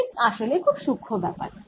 এটি আসলে খুব সূক্ষ্ম ব্যাপার